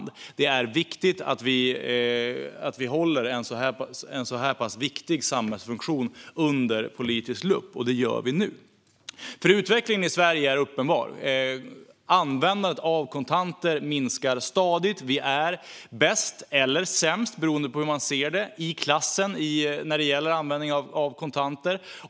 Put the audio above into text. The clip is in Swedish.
Det är viktigt att vi håller en så pass viktig samhällsfunktion under politisk lupp, och det gör vi nu. Utvecklingen i Sverige är uppenbar. Användandet av kontanter minskar stadigt. Vi är bäst eller sämst i klassen - det beror på hur man ser på det - när det gäller användning av kontanter.